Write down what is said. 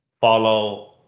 follow